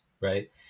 right